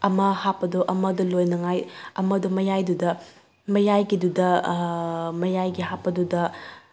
ꯑꯃ ꯍꯥꯞꯄꯗꯣ ꯑꯃꯗꯣ ꯂꯣꯏꯅꯉꯥꯏ ꯑꯃꯗꯣ ꯃꯌꯥꯏꯗꯨꯗ ꯃꯌꯥꯏꯒꯤꯗꯨꯗ ꯃꯌꯥꯏꯒꯤ ꯍꯥꯞꯄꯗꯨꯗ